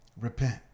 Repent